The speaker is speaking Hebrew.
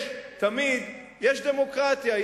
יש דמוקרטיה,